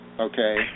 Okay